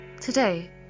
Today